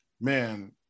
man